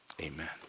Amen